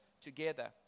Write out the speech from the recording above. together